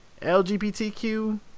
LGBTQ